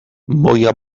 moja